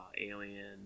alien